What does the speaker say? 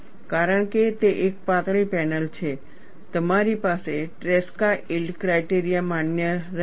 કારણ કે તે એક પાતળી પેનલ છે તમારી પાસે ટ્રેસ્કા યીલ્ડ ક્રાઇટેરિયા માન્ય રહેશે